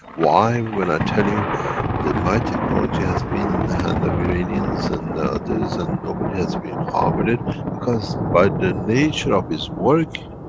why when i tell you the my technology has been in the hand of iranians and the others and nobody has been harmed with it because by the nature of his work,